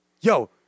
yo